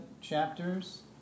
chapters